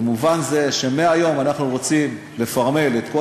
במובן הזה שמהיום אנחנו רוצים לפרמל את